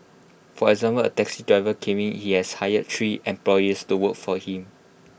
for example A taxi driver claiming he has hired three employees to work for him